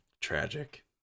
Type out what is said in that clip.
Tragic